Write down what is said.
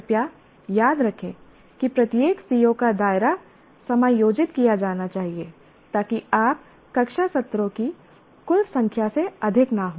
कृपया याद रखें कि प्रत्येक CO का दायरा समायोजित किया जाना चाहिए ताकि आप कक्षा सत्रों की कुल संख्या से अधिक न हों